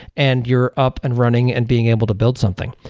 and you're up and running and being able to build something.